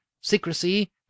secrecy